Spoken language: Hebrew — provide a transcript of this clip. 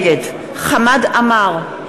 נגד חמד עמאר,